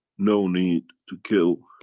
no need to kill,